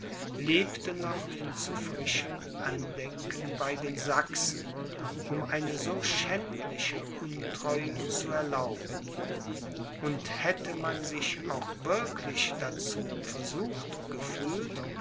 lebte noch in zu frischem andenken bei den sachsen um eine so schändliche untreue zu erlauben und hätte man sich auch wirklich dazu versucht gefühlt